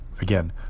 again